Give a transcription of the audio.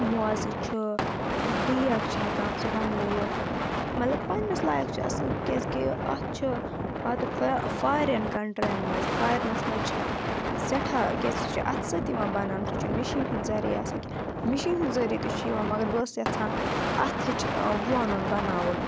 موزٕ چھُ بیگ چھِ ہیٚکان سُہ بَنٲیِتھ مطلب پنٛنِس لایَق چھِ اَصٕل کیٛازِکہِ اَتھ چھُ پَتہٕ فارؠن کَنٹریَن منٛز فارِنَس منٛز چھِ اَتھ سؠٹھاہ کیٛازِ سُہ چھِ اَتھٕ سۭتۍ یِوان بَنان سُہ چھُنہٕ مِشیٖن ہِنٛدۍ ذٔریعہِ آسان کینٛہہ مِشیٖن ہِنٛدۍ ذٔریعہِ تہِ چھُ یِوان مَگَر بہٕ آسس یَژھان اَتھٕچ وونُن بَناوُن